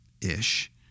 ish